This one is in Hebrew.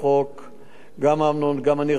ואני חושב שבסוף נמצאה הנוסחה,